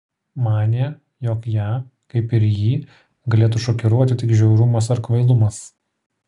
manė jog ją kaip ir jį galėtų šokiruoti tik žiaurumas ar kvailumas